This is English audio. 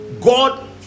God